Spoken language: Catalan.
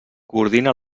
coordina